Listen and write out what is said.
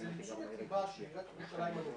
אז לתשומת ליבה של עיריית ירושלים הנוכחית,